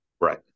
Right